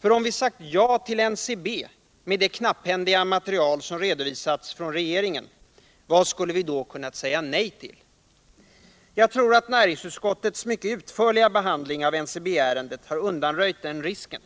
För om vi sagt ja till NCB —- med det knapphändiga material som redovisats från regeringen — vad skulle vi då kunna säga nej till? Jag tror att näringsutskottets mycket utförliga behandling av NCB-ärendet har undanröjt den risken.